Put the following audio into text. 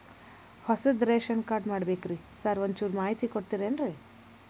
ಹೊಸದ್ ration card ಮಾಡ್ಬೇಕ್ರಿ sir ಒಂಚೂರ್ ಮಾಹಿತಿ ಕೊಡ್ತೇರೆನ್ರಿ?